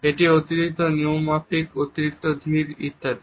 এটি অতিরিক্ত নিয়মমাফিক অতিরিক্ত ধীর ইত্যাদি